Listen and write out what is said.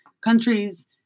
countries